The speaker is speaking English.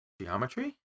Geometry